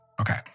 Okay